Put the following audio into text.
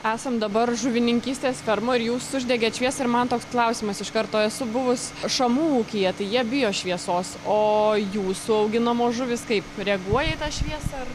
esam dabar žuvininkystės fermoj ir jūs uždegėt šviesą ir man toks klausimas iš karto esu buvus šamų ūkyje tai jie bijo šviesos o jūsų auginamos žuvys kaip reaguoja į tą šviesą ar